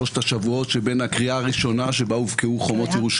בתאריכים אפשר גם להגיד: היום השביעי בשלושת השבועות בימי בין המצרים.